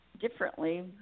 differently